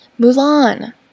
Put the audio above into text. Mulan